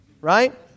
right